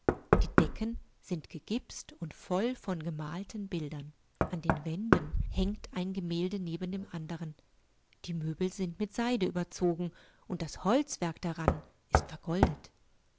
die fußböden sind aus eichenholz und schimmern gebohnert und blank die deckensindgegipstundvollvongemaltenbildern andenwändenhängtein gemälde neben dem anderen die möbel sind mit seide überzogen und das holzwerk daran ist vergoldet